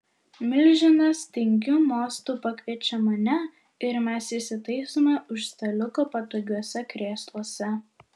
milžinas tingiu mostu pakviečia mane ir mes įsitaisome už staliuko patogiuose krėsluose